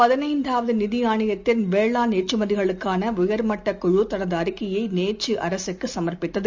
பதினைந்தாவதுநிதிஆணையத்தின் வேளான் ஏற்றுமதிகளுக்கானஉயர் மட்ட குழு தனதுஅறிக்கையைநேற்றுஅரசுக்குசமர்ப்பித்தது